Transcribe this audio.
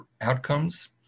outcomes